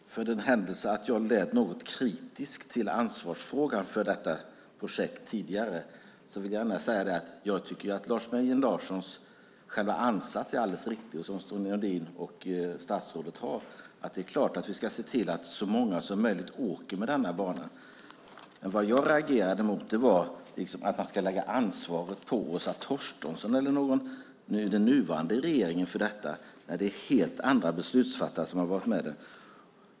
Fru talman! I den händelse jag tidigare lät kritisk till ansvarsfrågan för detta projekt vill jag gärna säga att Lars Mejern Larssons, Sten Nordins och statsrådets ansats är alldeles riktig. Det är klart att vi ska se till att så många som möjligt åker med banan. Jag reagerade mot att ansvaret för detta ska läggas på Åsa Torstensson eller den nuvarande regeringen. Det är helt andra beslutsfattare som har varit med.